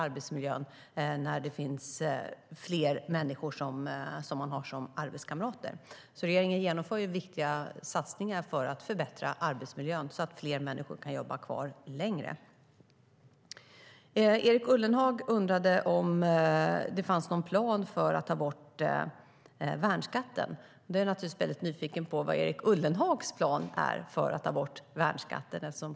Arbetsmiljön förbättras när arbetskamraterna blir fler. Erik Ullenhag undrade om det fanns någon plan för att ta bort värnskatten. Då blir jag naturligtvis väldigt nyfiken på vad Erik Ullenhags plan är för att ta bort värnskatten.